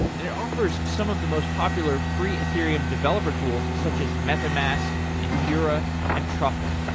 and it offers some of the most popular free ethereum developer tools, such as metamask, infura and truffle.